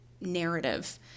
narrative